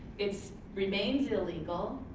it's remains illegal.